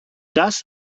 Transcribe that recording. das